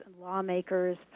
lawmakers